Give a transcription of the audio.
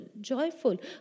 joyful